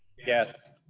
yes.